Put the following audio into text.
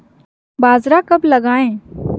बाजरा कब लगाएँ?